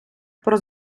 про